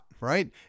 right